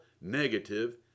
negative